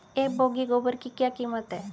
एक बोगी गोबर की क्या कीमत है?